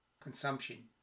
consumption